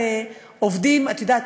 את יודעת,